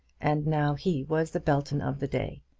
and now he was the belton of the day,